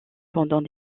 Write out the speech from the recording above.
pendant